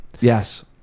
Yes